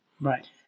Right